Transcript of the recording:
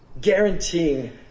guaranteeing